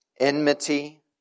Enmity